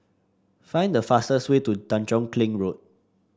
find the fastest way to Tanjong Kling Road